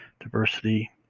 diversity